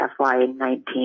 FY19